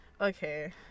okay